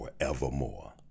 forevermore